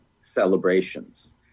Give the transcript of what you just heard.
celebrations